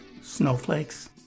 Snowflakes